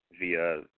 via